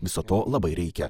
viso to labai reikia